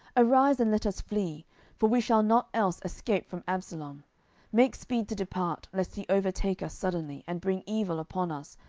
arise, and let us flee for we shall not else escape from absalom make speed to depart, lest he overtake us suddenly, and bring evil upon us,